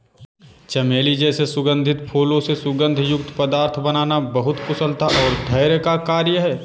चमेली जैसे सुगंधित फूलों से सुगंध युक्त पदार्थ बनाना बहुत कुशलता और धैर्य का कार्य है